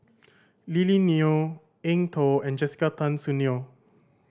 Lily Neo Eng Tow and Jessica Tan Soon Neo